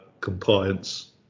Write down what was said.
compliance